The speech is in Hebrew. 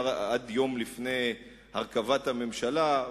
עד יום לפני הרכבת הממשלה,